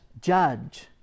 judge